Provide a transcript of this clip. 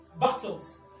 Battles